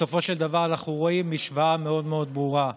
בסופו של דבר אנחנו רואים משוואה מאוד מאוד ברורה.